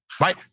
Right